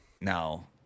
No